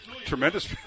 Tremendous